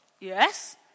Yes